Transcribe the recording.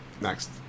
Next